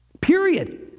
Period